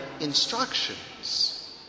instructions